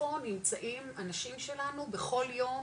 איפה נמצאים אנשים שלנו בכל יום,